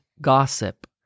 gossip